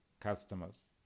customers